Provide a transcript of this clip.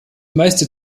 meiste